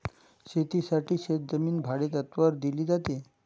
शेतीसाठी शेतजमीन भाडेतत्त्वावर दिली जाते